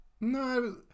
No